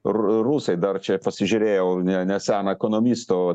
ru rusai dar čia pasižiūrėjau ne neseną ekonomisto